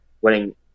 winning